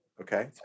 Okay